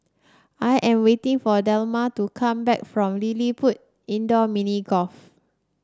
I am waiting for Delma to come back from LilliPutt Indoor Mini Golf